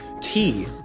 tea